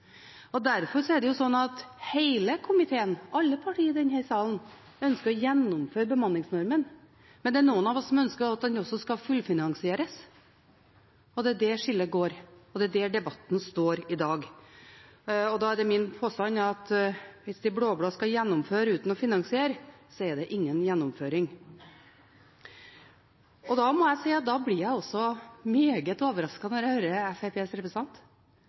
Derfor ønsker hele komiteen, alle partier i den salen, å gjennomføre bemanningsnormen, men det er noen av oss som også ønsker at den skal fullfinansieres. Det er der skillet går, og det er der debatten står i dag. Da er min påstand at hvis de blå-blå skal gjennomføre uten å finansiere, er det ingen gjennomføring. Derfor ble jeg også meget overrasket da jeg hørte Fremskrittspartiets representant, som egentlig sa at